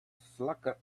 slacker